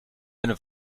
eine